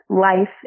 life